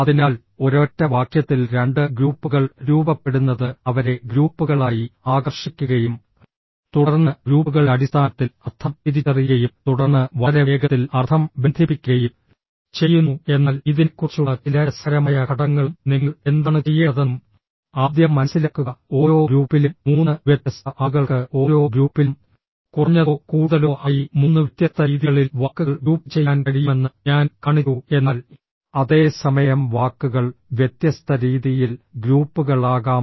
അതിനാൽ ഒരൊറ്റ വാക്യത്തിൽ 2 ഗ്രൂപ്പുകൾ രൂപപ്പെടുന്നത് അവരെ ഗ്രൂപ്പുകളായി ആകർഷിക്കുകയും തുടർന്ന് ഗ്രൂപ്പുകളുടെ അടിസ്ഥാനത്തിൽ അർത്ഥം തിരിച്ചറിയുകയും തുടർന്ന് വളരെ വേഗത്തിൽ അർത്ഥം ബന്ധിപ്പിക്കുകയും ചെയ്യുന്നു എന്നാൽ ഇതിനെക്കുറിച്ചുള്ള ചില രസകരമായ ഘടകങ്ങളും നിങ്ങൾ എന്താണ് ചെയ്യേണ്ടതെന്നും ആദ്യം മനസിലാക്കുക ഓരോ ഗ്രൂപ്പിലും 3 വ്യത്യസ്ത ആളുകൾക്ക് ഓരോ ഗ്രൂപ്പിലും കുറഞ്ഞതോ കൂടുതലോ ആയി 3 വ്യത്യസ്ത രീതികളിൽ വാക്കുകൾ ഗ്രൂപ്പുചെയ്യാൻ കഴിയുമെന്ന് ഞാൻ കാണിച്ചു എന്നാൽ അതേ സമയം വാക്കുകൾ വ്യത്യസ്ത രീതിയിൽ ഗ്രൂപ്പുകളാകാം